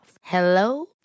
Hello